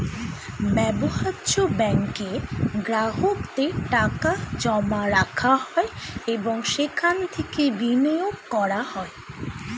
ব্যবহার্য ব্যাঙ্কে গ্রাহকদের টাকা জমা রাখা হয় এবং সেখান থেকে বিনিয়োগ করা হয়